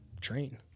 train